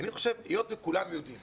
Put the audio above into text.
היות שכולם יודעים